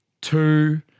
two